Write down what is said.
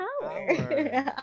power